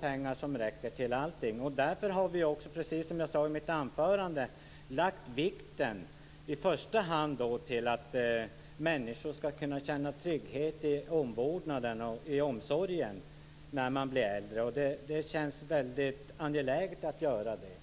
pengarna inte räcker till allt. Därför har vi, precis som jag sade i mitt anförande, i första hand lagt vikten vid att människor skall kunna känna trygghet i omvårdnaden och i omsorgen när de blir äldre. Det känns mycket angeläget att göra det.